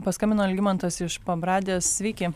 paskambino algimantas iš pabradės sveiki